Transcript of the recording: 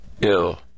ill